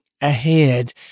ahead